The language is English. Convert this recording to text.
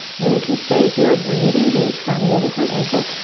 and then you can stay here, breathing deep, front knee over front ankle.